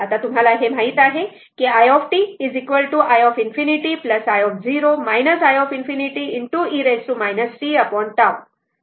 आता आम्हाला हे माहित आहे की i t i ∞ i0 i ∞ e tT